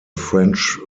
french